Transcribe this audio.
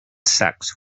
sex